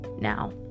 Now